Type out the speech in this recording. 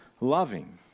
loving